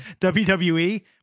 WWE